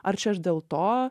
ar čia aš dėl to